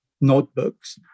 notebooks